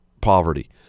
poverty